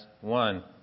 one